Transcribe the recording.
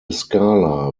skala